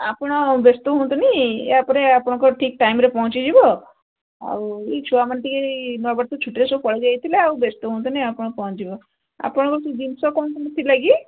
ଆପଣ ବ୍ୟସ୍ତ ହୁଅନ୍ତୁନି ୟାପରେ ଆପଣଙ୍କ ଠିକ୍ ଟାଇମ୍ରେ ପହଞ୍ଚିଯିବ ଆଉ ଏଇ ଛୁଆମାନେ ଟିକେ ନୂଆ ବର୍ଷ ଛୁଟିରେ ସବୁ ପଳେଇ ଯାଇଥିଲେ ଆଉ ବ୍ୟସ୍ତ ହୁଅନ୍ତୁନି ଆପଣ ପହଞ୍ଚି ଯିବ ଆପଣଙ୍କର ସେ ଜିନିଷ କ'ଣ କ'ଣ ଥିଲା କି